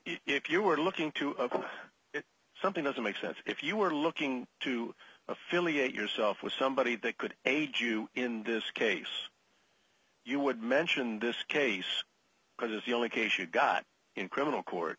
if you were looking to of something doesn't make sense if you were looking to affiliate yourself with somebody that could aid you in this case you would mention this case because it's the only case you've got in criminal court